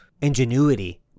ingenuity